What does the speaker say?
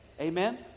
Amen